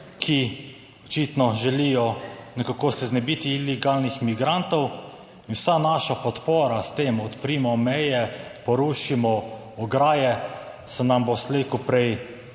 ki očitno želijo nekako se znebiti ilegalnih migrantov in vsa naša podpora, s tem odprimo meje, porušimo ograje, se nam bo slej ko prej